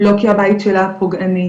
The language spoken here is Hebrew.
לא כי הבית שלה פוגעני,